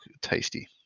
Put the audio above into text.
tasty